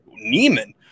Neiman